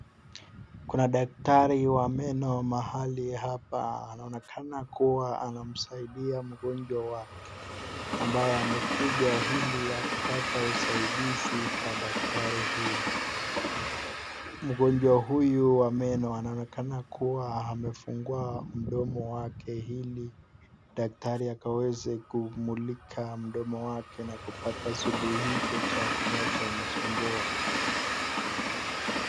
Kuna daktari wa meno mahali hapa, anaonekana kuwa anamsaidia mgonjwa wake ambaye amekuja ili akapata usaidizi kwa daktari huyu. Mgonjwa huyu wa meno anaonekana kuwa amefungua mdomo wake ili daktari akaweze kumulika mdomo wake na kupata suluhisho cha kinacho msumbua.